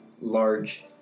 large